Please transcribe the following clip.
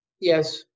Yes